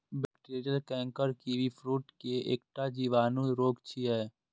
bacterial canker kiwi fruit के एकटा जीवाणु रोग छियै